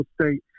state